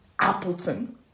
Appleton